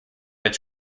its